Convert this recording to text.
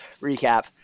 recap